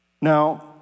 Now